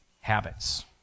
habits